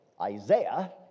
Isaiah